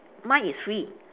mine is free